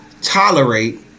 tolerate